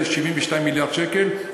שזה 72 מיליארד שקל,